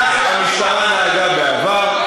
כך המשטרה נהגה בעבר,